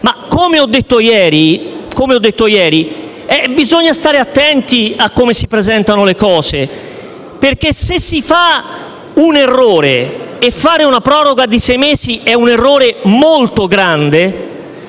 come ho detto ieri, bisogna stare attenti a come si presentano le cose, perché se fare una proroga di sei mesi è un errore molto grande,